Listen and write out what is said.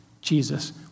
Jesus